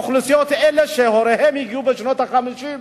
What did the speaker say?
האוכלוסיות שהוריהן הגיעו בשנות ה-50,